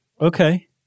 Okay